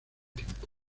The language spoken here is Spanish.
tiempo